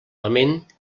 lament